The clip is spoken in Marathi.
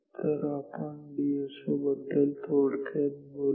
तर आपण डी एस ओ बद्दल थोडक्यात बोलू